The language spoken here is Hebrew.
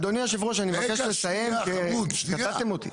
אדוני יושב הראש, אני מבקש לסיים, כי קטעתם אותי.